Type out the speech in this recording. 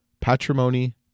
patrimony